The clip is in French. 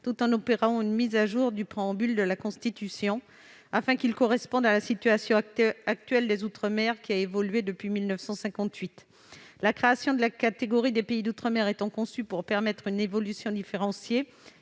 tout en opérant une mise à jour du préambule de la Constitution afin qu'il corresponde à la situation actuelle des outre-mer, qui a évolué depuis 1958. La création de la catégorie des pays d'outre-mer étant conçue pour permettre une évolution différenciée,